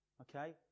okay